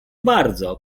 bardzo